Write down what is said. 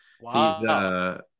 Wow